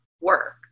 work